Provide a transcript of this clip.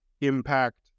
impact